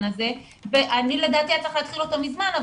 הזה ולדעתי היה צריך להתחיל אותו מזמן,